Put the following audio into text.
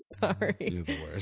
sorry